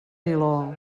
niló